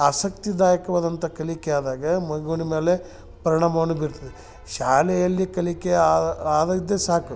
ಆಸಕ್ತಿದಾಯಕವಾದಂಥ ಕಲಿಕೆ ಆದಾಗ ಮಗುವಿನ ಮ್ಯಾಲೆ ಪರಿಣಾಮವನ್ನು ಬೀರ್ತದೆ ಶಾಲೆಯಲ್ಲಿ ಕಲಿಕೆ ಆಗದ್ದಿದೆ ಸಾಕು